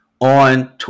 on